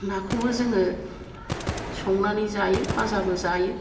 नाखौबो जोङो संनानै जायो फाजाबो जायो